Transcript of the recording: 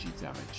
damage